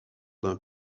d’un